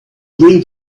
bring